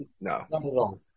no